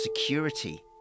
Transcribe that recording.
security